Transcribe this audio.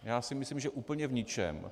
Já si myslím, že úplně v ničem.